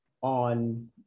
on